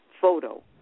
photo